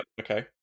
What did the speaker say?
Okay